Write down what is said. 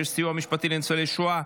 26) (סיוע משפטי לניצולי שואה),